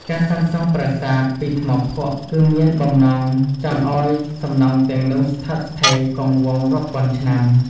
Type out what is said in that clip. ការសាងសង់ប្រាសាទពីថ្មភក់ គឺមានបំណងចង់ឱ្យសំណង់ទាំងនោះស្ថិតស្ថេរគង់វង្សរាប់ពាន់ឆ្នាំ។